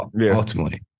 ultimately